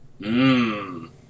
Mmm